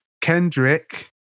Kendrick